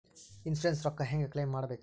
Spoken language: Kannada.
ಇನ್ಸೂರೆನ್ಸ್ ರೊಕ್ಕ ಹೆಂಗ ಕ್ಲೈಮ ಮಾಡ್ಬೇಕ್ರಿ?